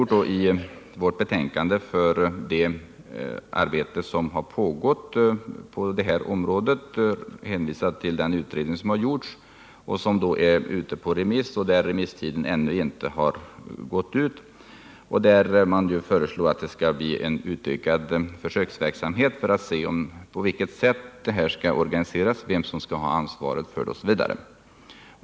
Vi har i vårt betänkande redogjort för det arbete på detta område som pågått och hänvisat till den utredning som gjorts och som nu är ute på remiss. Remisstiden har ännu inte gått ut. Utredningen föreslår en utökad försöksverksamhet för att se på vilket sätt det här skall organiseras, vem som skall ha ansvaret för det osv.